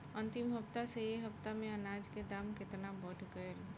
अंतिम हफ्ता से ए हफ्ता मे अनाज के दाम केतना बढ़ गएल?